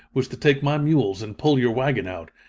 was to take my mules and pull your wagon out,